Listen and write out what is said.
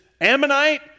Ammonite